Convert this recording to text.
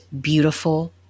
beautiful